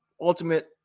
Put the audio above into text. ultimate